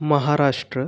Maharashtra